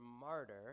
martyr